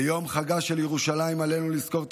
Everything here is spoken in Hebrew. ביום חגה של ירושלים עלינו לזכור את